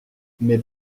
mais